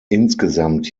insgesamt